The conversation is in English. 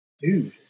dude